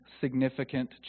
significant